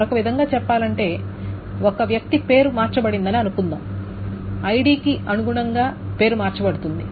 మరొక విధంగా చెప్పాలంటే ఒక వ్యక్తి పేరు మార్చబడిందని అనుకుందాం ఐడికి అనుగుణంగా పేరు మార్చబడుతుంది